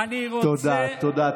תודה, תודה.